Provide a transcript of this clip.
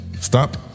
stop